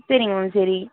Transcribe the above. சரிங்க மேம் சரி